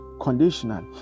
conditional